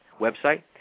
website